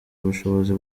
ubushobozi